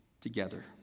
together